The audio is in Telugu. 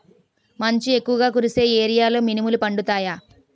మంచు ఎక్కువుగా కురిసే ఏరియాలో మినుములు పండుతాయా?